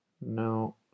no